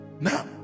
Now